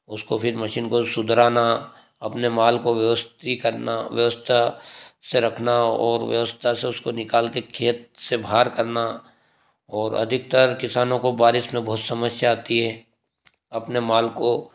उसको फिर मशीन को सुधराना अपने माल को व्यवस्थित करना व्यवस्था से रखना और व्यवस्था से उसको निकाल के खेत से बाहर करना और अधिकतर किसानों को बारिश में बहुत समस्या आती है अपने माल को